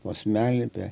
posmelį apie